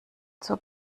zur